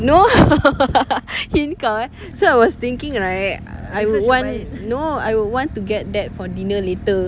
no hint kau ah so I was thinking right I would want no I would want to get that for dinner later